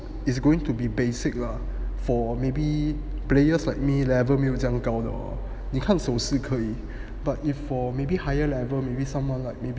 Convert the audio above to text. is going to be basic lah for maybe players like me level 没有这样高了你看手势可以 but if for maybe higher level maybe someone like maybe